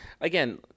Again